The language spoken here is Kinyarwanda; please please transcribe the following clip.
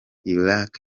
irak